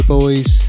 Boys